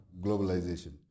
globalization